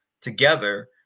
together